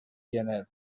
gener